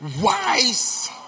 wise